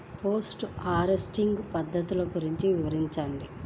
Post harvesting పద్ధతులు గురించి వివరించండి?